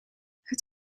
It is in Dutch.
het